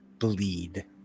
bleed